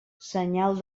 senyal